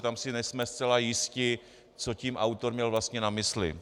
Tam si nejsme zcela jisti, co tím autor měl vlastně na mysli.